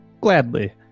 gladly